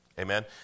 Amen